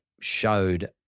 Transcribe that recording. showed